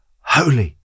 holy